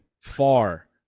far